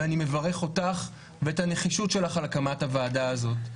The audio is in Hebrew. ואני מברך אותך ואת הנחישות שלך על הקמת הוועדה הזאת.